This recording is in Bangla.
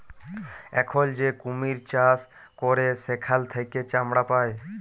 এখল যে কুমির চাষ ক্যরে সেখাল থেক্যে চামড়া পায়